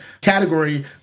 category